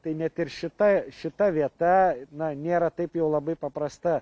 tai net ir šita šita vieta na nėra taip jau labai paprasta